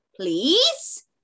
Please